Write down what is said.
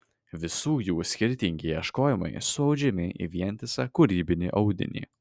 visų jų skirtingi ieškojimai suaudžiami į vientisą kūrybinį audinį